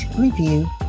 review